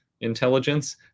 intelligence